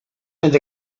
and